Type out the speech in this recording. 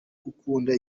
gukunda